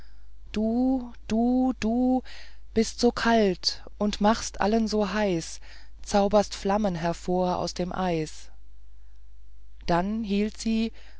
du du du bist so kalt und machst allen so heiß zauberst flammen hervor aus dem eis dann hielt sie